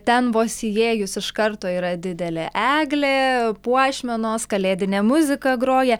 ten vos įėjus iš karto yra didelė eglė puošmenos kalėdinė muzika groja